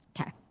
Okay